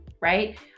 right